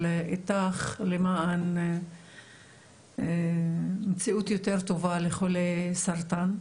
איתך למען מציאות יותר טובה לחולי סרטן.